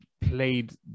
played